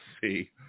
see